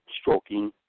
stroking